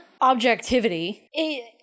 objectivity